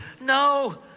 No